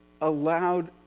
allowed